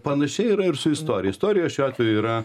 panašiai yra ir su istorija istorija šiuo atveju yra